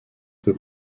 peu